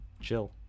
Chill